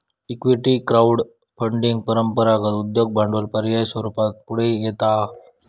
equity crowd funding परंपरागत उद्योग भांडवल पर्याय स्वरूपात पुढे येता हा